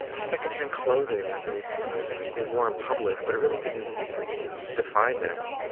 ah secondhand clothing that they that they wore in public, but it really didn't define them.